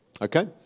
Okay